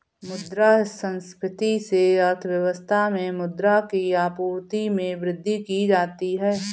मुद्रा संस्फिति से अर्थव्यवस्था में मुद्रा की आपूर्ति में वृद्धि की जाती है